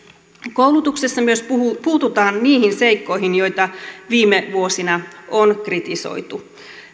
koulutuksessa myös puututaan niihin seikkoihin joita viime vuosina on kritisoitu